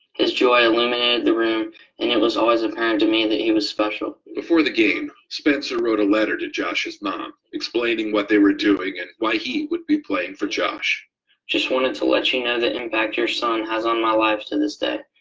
his joy illuminated the room and it was always apparent to me that he was special. before the game, spencer wrote a letter to josh's mom explaining what they were doing and why he would be playing for josh. i just wanted to let you know the impact your son has on my life to this day,